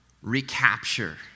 Recapture